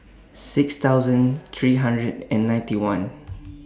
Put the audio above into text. six thousand three hundred and ninety one